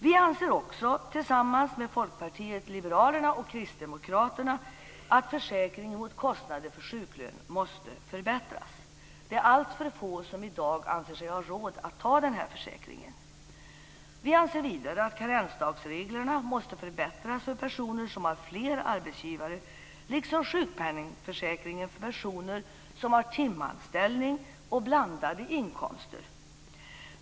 Vi anser också - tillsammans med Folkpartiet liberalerna och Kristdemokraterna - att försäkringen mot kostnader för sjuklön måste förbättras. Det är alltför få i dag som anser sig ha råd att ta försäkringen. Vi anser vidare att karensdagsreglerna måste förbättras för personer som har flera arbetsgivare liksom sjukpenningförsäkringen för personer med timanställning och blandade inkomster.